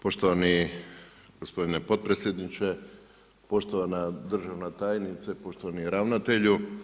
Poštovani gospodine potpredsjedniče, poštovana državna tajnice, poštovani ravnatelju.